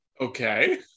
Okay